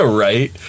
right